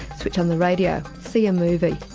switch on the radio, see a movie.